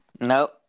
Nope